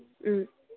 ꯎꯝ